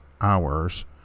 hours